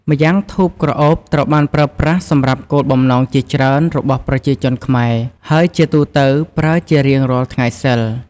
ម្យ៉ាងធូបក្រអូបត្រូវបានប្រើប្រាស់សម្រាប់គោលបំណងជាច្រើនរបស់ប្រជាជនខ្មែរ ហើយជាទូទៅប្រើជារៀងរាល់ថ្ងៃសីល។